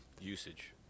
usage